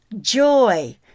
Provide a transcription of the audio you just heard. joy